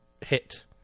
hit